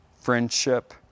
friendship